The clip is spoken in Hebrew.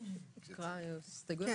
להקראה.